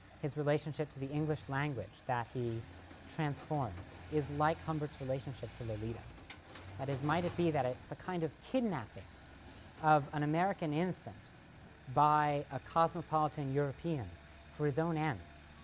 his relationship to the english language that he transforms, is like humbert's relationship to lolita that is, might it be that it's a kind of kidnapping of an american innocent by a cosmopolitan european for his own ends,